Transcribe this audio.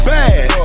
Bad